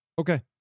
Okay